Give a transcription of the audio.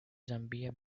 zambia